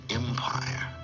empire